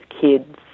kids